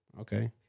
Okay